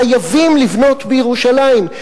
חייבים לבנות בירושלים.